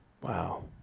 Wow